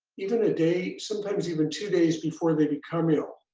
even a day, sometimes even two days before they become ill,